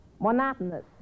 Monotonous